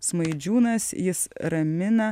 smaidžiūnas jis ramina